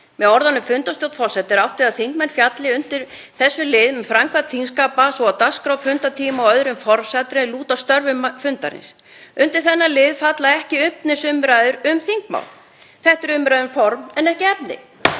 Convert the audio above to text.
Með orðunum „fundarstjórn forseta“ er átt við að þingmenn fjalli undir þessum lið um framkvæmd þingskapa, svo og dagskrá, fundartíma og önnur formsatriði er lúta að störfum fundarins. Undir þennan lið falla ekki efnisumræður um þingmál. Þetta er umræða um form, ekki efni.